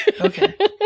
okay